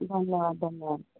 धन्यवाद धन्यवाद